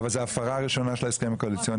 אבל זו הפרה ראשונה של ההסכם הקואליציוני.